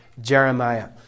Jeremiah